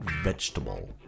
vegetable